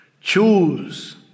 Choose